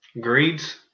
Greeds